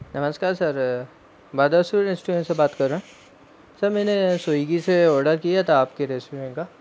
नमस्कार sir mother's restaurant से बात कर रहे हैं सर मैंने स्वीगी से ओडर किया था आपके रेस्टोरेंट का